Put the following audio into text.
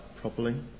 properly